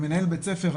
מנהל בית ספר,